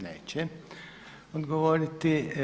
Neće odgovoriti.